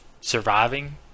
surviving